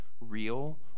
real